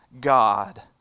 God